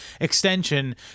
extension